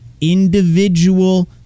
individual